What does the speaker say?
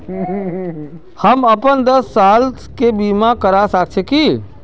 हम अपन दस साल के बीमा करा सके है की?